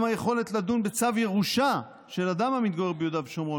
גם היכולת לדון בצו ירושה של אדם המתגורר ביהודה ושומרון